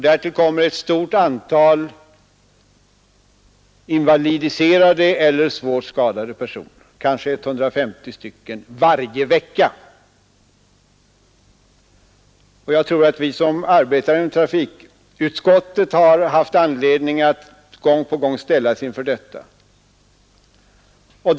Därtill kommer ett stort antal invalidiserade eller svårt skadade personer, kanske 150 varje vecka. Vi som arbetar inom trafikutskottet har gång på gång ställts inför detta faktum.